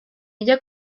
ella